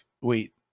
wait